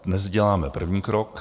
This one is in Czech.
Dnes děláme první krok.